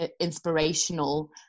inspirational